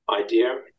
idea